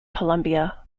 columbia